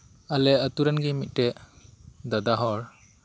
ᱟᱞᱮ ᱟᱛᱳ ᱨᱮᱱ ᱜᱮ ᱢᱤᱫᱴᱮᱱ ᱫᱟᱫᱟ ᱦᱚᱲ